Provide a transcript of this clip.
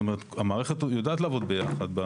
זאת אומרת המערכת יודעת לעבוד ביחד.